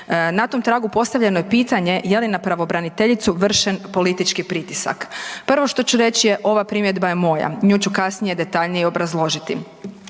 na tom tragu postavljeno je pitanje je li na pravobraniteljicu vršen politički pritisak? Prvo što ću reći je, ova primjedba je moja, nju ću kasnije detaljnije i obrazložiti.